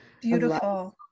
Beautiful